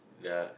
the